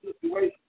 situation